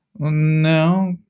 No